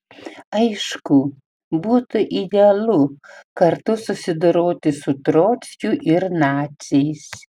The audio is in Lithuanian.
aišku būtų idealu kartu susidoroti su trockiu ir naciais